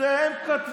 לפני שעה ירדתי